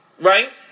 right